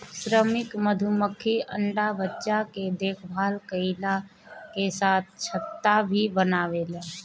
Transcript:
श्रमिक मधुमक्खी अंडा बच्चा के देखभाल कईला के साथे छत्ता भी बनावेले